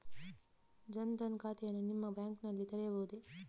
ಜನ ದನ್ ಖಾತೆಯನ್ನು ನಿಮ್ಮ ಬ್ಯಾಂಕ್ ನಲ್ಲಿ ತೆರೆಯಬಹುದೇ?